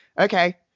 Okay